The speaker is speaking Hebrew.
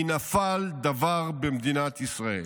כי נפל דבר במדינת ישראל.